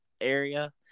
area